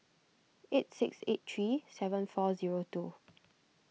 eight six eight three seven four zero two